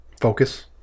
focus